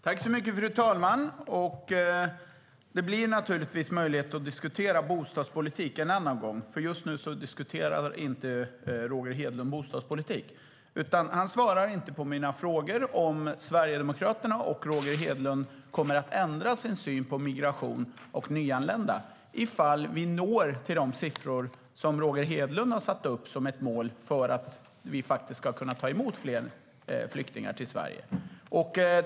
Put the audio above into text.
Fru talman! Det blir naturligtvis möjligt att diskutera bostadspolitik en annan gång. Just nu diskuterar inte Roger Hedlund bostadspolitik. Han svarar inte på min fråga: Kommer Sverigedemokraterna och Roger Hedlund att ändra sin syn på migration och nyanlända ifall vi når de siffror som Roger Hedlund har satt upp som ett mål för att vi ska kunna ta emot fler flyktingar i Sverige?